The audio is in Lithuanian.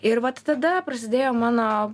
ir vat tada prasidėjo mano